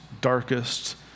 darkest